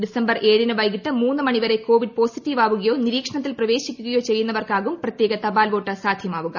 December ഏഴിന് വൈകിട്ട് മൂന്ന് മണി വരെ കോവിഡ് പോസിറ്റീവ് ആവുകയോ നിരീക്ഷണത്തിൽ പ്രവേശിക്കുകയോ ചെയ്യുന്നവർക്കാകും പ്രത്യേക തപാൽ വോട്ട് സാധൃമാവുക